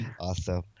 awesome